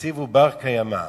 יציב ובר-קיימא,